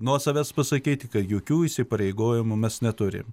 nuo savęs pasakyti kad jokių įsipareigojimų mes neturim